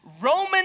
Roman